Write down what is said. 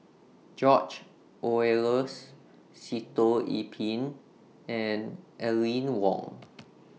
George Oehlers Sitoh Yih Pin and Aline Wong